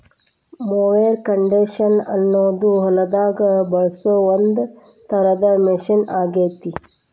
mower conditioner ಅನ್ನೋದು ಹೊಲದಾಗ ಬಳಸೋ ಒಂದ್ ತರದ ಮಷೇನ್ ಆಗೇತಿ